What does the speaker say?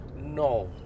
No